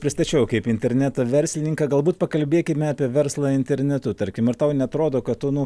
pristačiau kaip interneto verslininką galbūt pakalbėkime apie verslą internetu tarkim ar tau neatrodo kad tu nu